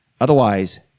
Otherwise